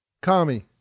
Kami